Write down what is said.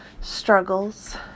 struggles